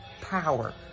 power